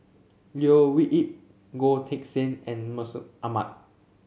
Leo Yip Goh Teck Sian and Mustaq Ahmad